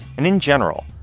and in general,